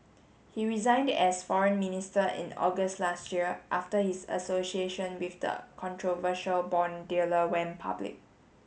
he resigned as foreign minister in August last year after his association with the controversial bond dealer went public